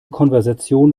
konversation